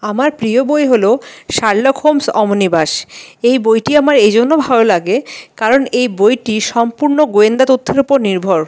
আমার প্রিয় বই হলো শার্লক হোমস অমনিবাশ এই বইটি আমার এইজন্য ভালো লাগে কারণ এই বইটি সম্পূর্ণ গোয়েন্দা তথ্যের উপর নির্ভর